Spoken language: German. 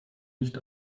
nicht